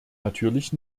natürlich